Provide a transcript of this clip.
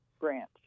branch